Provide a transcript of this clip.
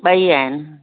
ॿई आहिनि